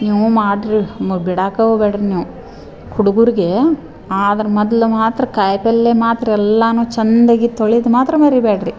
ನೀವು ಮಾಡಿರಿ ಮ ಬಿಡಕ್ಕೆ ಹೋಗ್ಬೇಡ್ರಿ ನೀವು ಹುಡ್ಗರ್ಗೆ ಆದ್ರೆ ಮೊದ್ಲು ಮಾತ್ರ ಕಾಯಿಪಲ್ಲೆ ಮಾತ್ರ ಎಲ್ಲನ್ನೂ ಚೆಂದಾಗಿ ತೊಳೆದ್ ಮಾತ್ರ ಮರಿಬೇಡ್ರಿ